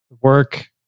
work